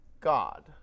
God